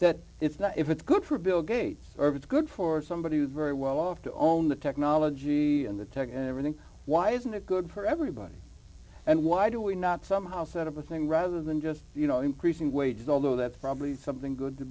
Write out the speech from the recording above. that it's not if it's good for bill gates or bad good for somebody who's very well off to own the technology and the tech and everything why isn't it good for everybody and why do we not somehow set up a thing rather than just you know increasing wages although that's probably something good to